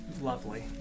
Lovely